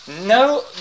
No